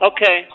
Okay